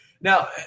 Now